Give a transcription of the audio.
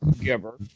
giver